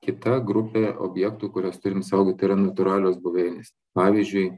kita grupė objektų kuriuos turim saugot tai yra natūralios buveinės pavyzdžiui